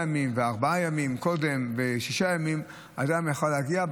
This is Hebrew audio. ימים וארבעה ימים קודם ושישה ימים אדם יכול להגיע,